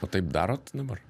o taip darot dabar